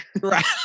Right